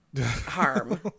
harm